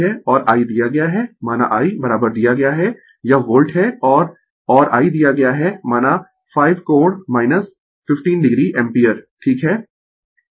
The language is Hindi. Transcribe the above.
और I दिया गया है माना I दिया गया है यह वोल्ट है और और I दिया गया है माना 5 कोण 15 o एम्पीयर ठीक है